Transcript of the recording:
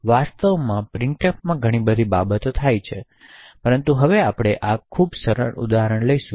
વાસ્તવિકતામાં પ્રિંટએફમાં ઘણી બધી બાબતો થાય છે પરંતુ હવે આપણે આ ખૂબ સરળ ઉદાહરણ લઈશું